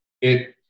it-